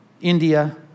India